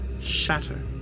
shatter